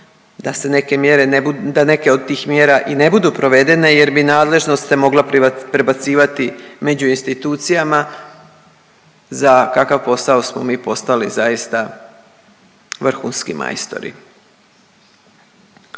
da neke od tih mjera i ne budu provedene jer bi nadležnost se mogla prebacivati među institucijama za kakav posao smo mi postali zaista vrhunski majstori.